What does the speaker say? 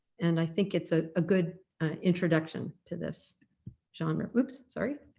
and i think it's ah a good introduction to this genre. oops, sorry.